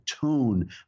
tone